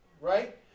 Right